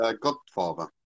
godfather